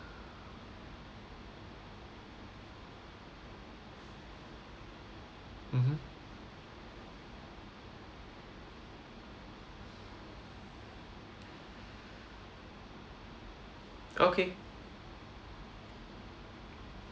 mmhmm okay